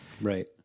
Right